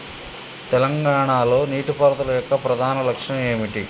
తెలంగాణ లో నీటిపారుదల యొక్క ప్రధాన లక్ష్యం ఏమిటి?